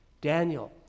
Daniel